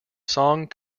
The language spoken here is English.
song